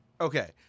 okay